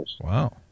Wow